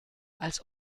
als